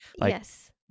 yes